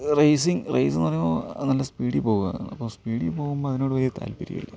racing race എന്ന് പറയുമ്പോൾ നല്ല സ്പീഡിൽ പോവുക അപ്പോൾ സ്പീഡിൽ പോകുമ്പം അതിനോട് വലിയ താൽപര്യം ഇല്ല